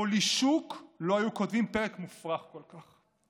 לפולישוק לא היו כותבים פרק מופרך כל כך.